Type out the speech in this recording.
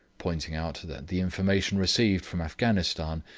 pointing out that the information received from afghanistan,